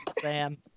Sam